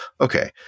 okay